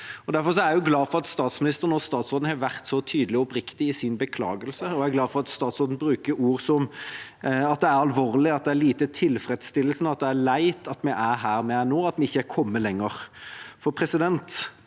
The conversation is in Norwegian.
Derfor er jeg glad for at statsministeren og statsråden har vært så tydelige og oppriktige i sin beklagelse, og jeg er glad for at statsråden bruker ord som at det er alvorlig, at det er lite tilfredsstillende, at det er leit at vi er her vi er nå, at vi ikke har kommet lenger.